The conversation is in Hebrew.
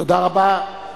תודה רבה.